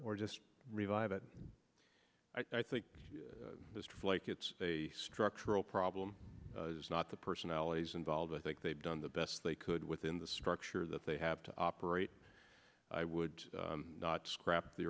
or just revive it i think just like it's a structural problem is not the personalities involved i think they've done the best they could within the structure that they have to operate i would not scrap the